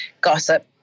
gossip